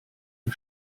der